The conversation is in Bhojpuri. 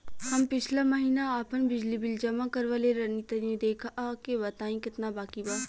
हम पिछला महीना आपन बिजली बिल जमा करवले रनि तनि देखऽ के बताईं केतना बाकि बा?